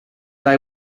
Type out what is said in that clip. they